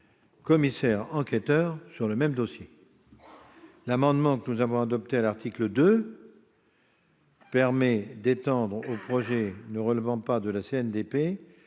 commissaire enquêteur sur le même dossier. L'amendement n° 18, que nous avons adopté à l'article 2, permet d'étendre aux projets ne relevant pas de la CNDP